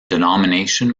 denomination